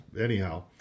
anyhow